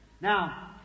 Now